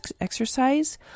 exercise